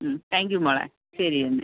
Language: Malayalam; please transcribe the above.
ഉം താങ്ക് യു മോളെ ശരി എന്നാൽ